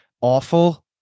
awful